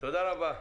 תודה רבה.